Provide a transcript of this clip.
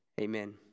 amen